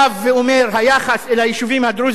היחס אל היישובים הדרוזיים הוא יחס מביש,